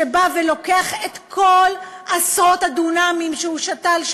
שבא ולוקח את כל עשרות הדונמים שהוא שתל,